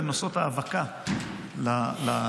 הן עוסקות בהאבקה לפרחים.